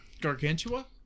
Gargantua